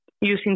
using